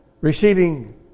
receiving